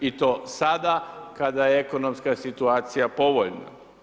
I to sada, kada je ekonomska situacija povoljna.